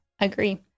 agree